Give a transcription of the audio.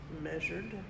measured